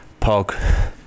Pog